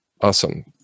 awesome